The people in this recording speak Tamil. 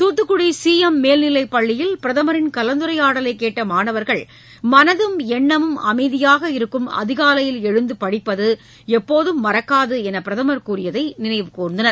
தூத்துக்குடி சி எம் மேல்நிலைப் பள்ளியில் பிரதமரின் கலந்துரையாடலை கேட்ட மாணவா்கள் மனதும் எண்ணமும் அமைதியாக இருக்கும் அதிகாவையில் எழுந்து படிப்பது எப்போது மறக்காது என்று பிரதமர் கூறியதை நினைவு கூர்ந்தனர்